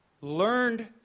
learned